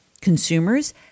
consumers